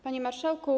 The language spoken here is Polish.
Panie Marszałku!